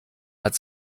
hat